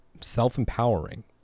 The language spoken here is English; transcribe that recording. self-empowering